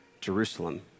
Jerusalem